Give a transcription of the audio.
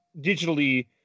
digitally